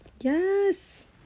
Yes